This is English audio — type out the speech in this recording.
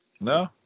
No